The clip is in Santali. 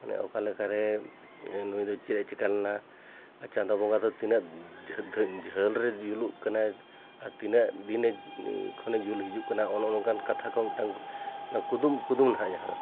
ᱢᱟᱱᱮ ᱚᱠᱟᱞᱮᱠᱟ ᱨᱮ ᱱᱩᱭ ᱫᱚ ᱪᱮᱫᱼᱮ ᱪᱤᱠᱟᱹ ᱞᱮᱱᱟ ᱟᱨ ᱪᱟᱸᱫᱳ ᱵᱚᱸᱜᱟ ᱫᱚ ᱛᱤᱱᱟᱹᱜ ᱡᱷᱟᱹᱞ ᱨᱮ ᱡᱩᱞᱩᱜ ᱠᱟᱱᱟᱭ ᱟᱨ ᱛᱤᱱᱟᱹᱜ ᱫᱤᱱᱮ ᱠᱷᱚᱱᱮ ᱡᱩᱞ ᱦᱤᱡᱩᱜ ᱠᱟᱱᱟ ᱚᱱᱮ ᱚᱱᱠᱟᱱ ᱠᱟᱛᱷᱟ ᱠᱚ ᱢᱤᱫᱴᱟᱝ ᱠᱩᱫᱩᱢ ᱠᱩᱫᱩᱢ ᱱᱟᱦᱟᱜ ᱡᱟᱦᱟᱸ